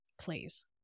Please